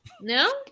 No